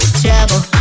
trouble